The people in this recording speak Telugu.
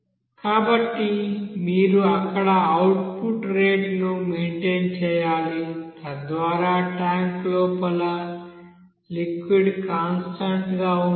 కాబట్టి మీరు అక్కడ అవుట్పుట్ రేటును మెయింటన్ చేయాలి తద్వారా ట్యాంక్ లోపల లిక్విడ్ కాన్స్టాంట్ గా ఉంటుంది